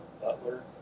butler